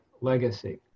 legacy